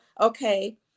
okay